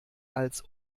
als